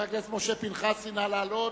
חבר הכנסת משה גפני, נא לעלות.